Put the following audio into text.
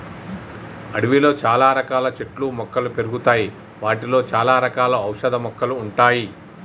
అడవిలో చాల రకాల చెట్లు మొక్కలు పెరుగుతాయి వాటిలో చాల రకాల ఔషధ మొక్కలు ఉంటాయి